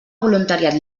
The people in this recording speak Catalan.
voluntariat